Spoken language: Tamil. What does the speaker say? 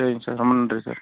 சரிங்க சார் ரொம்ப நன்றி சார்